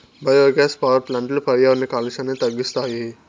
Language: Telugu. బయోగ్యాస్ పవర్ ప్లాంట్లు పర్యావరణ కాలుష్యాన్ని తగ్గిస్తాయి